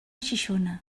xixona